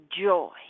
joy